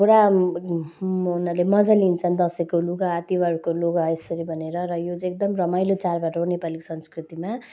पुरा म उनीहरूले मजा लिन्छन् दसैँको लुगा तिहारको लुगा यसरी भनेर र यो चाहिँ एकदम रमाइलो चाडबाड हो नेपालीको संस्कृतिमा